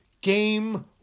Game